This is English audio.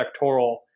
sectoral